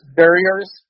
barriers